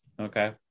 Okay